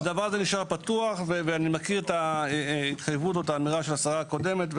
הדבר הזה נשאר פתוח ואני מכיר את ההתחייבות ואת האמירה של השרה הקודמת,